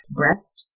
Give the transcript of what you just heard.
breast